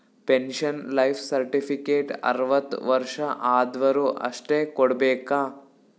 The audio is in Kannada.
ಪೆನ್ಶನ್ ಲೈಫ್ ಸರ್ಟಿಫಿಕೇಟ್ ಅರ್ವತ್ ವರ್ಷ ಆದ್ವರು ಅಷ್ಟೇ ಕೊಡ್ಬೇಕ